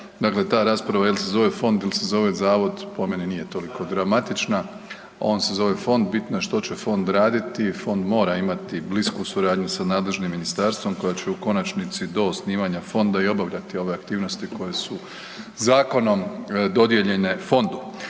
Dakle, ta rasprava jel se zove fond il se zove zavod, po meni nije toliko dramatična, on se zove fond, bitno je što će fond raditi, fond mora imati blisku suradnju sa nadležnim ministarstvom koja će u konačnici do osnivanja fonda i obavljati ove aktivnosti koje su zakonom dodijeljene fondu.